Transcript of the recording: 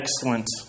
excellent